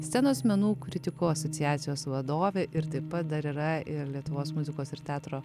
scenos menų kritikų asociacijos vadovė ir taip pat dar yra ir lietuvos muzikos ir teatro